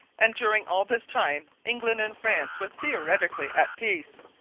and during all this time england and france were theoretically at peace.